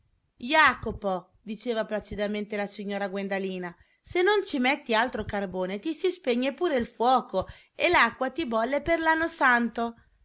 jacopo diceva placidamente la signora guendalina se non ci metti altro carbone ti si spegne pure il fuoco e l'acqua ti bolle per l'anno santo